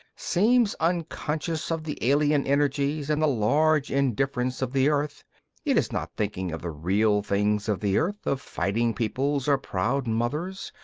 seems unconscious of the alien energies and the large indifference of the earth it is not thinking of the real things of the earth, of fighting peoples or proud mothers,